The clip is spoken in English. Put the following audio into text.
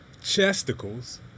chesticles